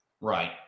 Right